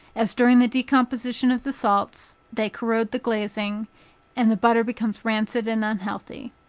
as during the decomposition of the salts, they corrode the glazing and the butter becomes rancid and unhealthy.